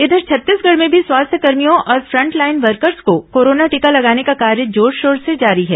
इधर छत्तीसगढ़ में भी स्वास्थ्यकर्मियों और फ्रंटलाइन वर्कर्स को कोरोना टीका लगाने का कार्य जोरशोर से जारी है